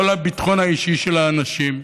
לא לביטחון האישי של האנשים.